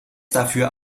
dafür